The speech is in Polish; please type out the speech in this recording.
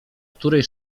której